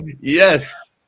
Yes